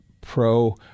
pro